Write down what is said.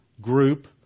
group